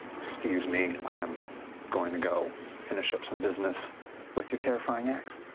excuse me, i'm going to go finish up some business with your terrifying ex.